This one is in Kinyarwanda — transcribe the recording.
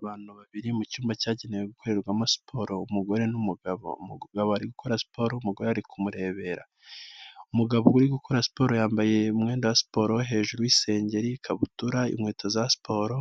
Abantu babiri mu cyumba cyagenewe gukorerwamo siporo umugore n'umugabo, umugabo ari gukora siporo umugore ari kumurebera, umugabo uri gukora siporo yambaye umwenda wa siporo hejuru y'isengeri, ikabutura, inkweto za siporo;